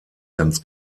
ganz